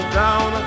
down